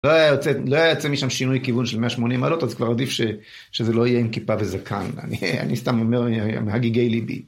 לא היה יוצא לא היה יוצא משם שינוי כיוון של 180 מעלות, אז כבר עדיף שזה לא יהיה עם כיפה וזקן. אני סתם אומר מהגיגי ליבי.